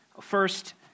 First